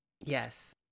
yes